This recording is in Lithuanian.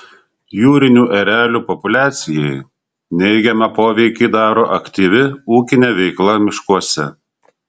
jūrinių erelių populiacijai neigiamą poveikį daro aktyvi ūkinė veikla miškuose